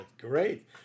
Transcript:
Great